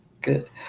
good